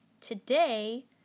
today